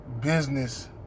business